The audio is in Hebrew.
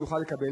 שתוכל לקבל,